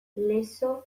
lezo